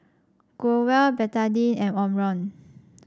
Growell Betadine and Omron